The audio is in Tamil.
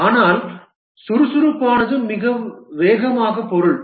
ஆனால் சுறுசுறுப்பானது மிக வேகமாக பொருள்